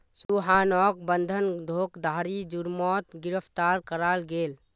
सोहानोक बंधक धोकधारी जुर्मोत गिरफ्तार कराल गेल